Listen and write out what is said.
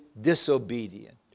disobedient